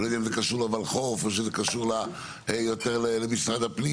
אני לא יודע אם זה קשור לחוף או שזה קשור יותר למשרד הפנים,